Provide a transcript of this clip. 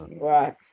Right